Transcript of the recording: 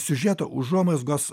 siužeto užuomazgos